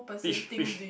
fish fish